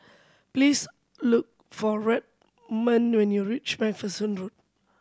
please look for Redmond when you reach Macpherson Road